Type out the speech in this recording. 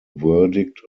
verdict